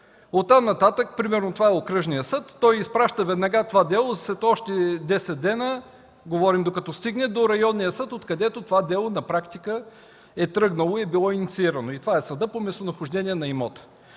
седем и десет дни. Ако това е окръжният съд, той изпраща веднага това дело след още десет дни, говорим, докато стигне до районния съд, откъдето то на практика е тръгнало и е било инициирано и това е съдът по местонахождение на имота.